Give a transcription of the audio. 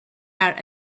out